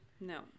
No